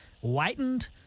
whitened